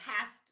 past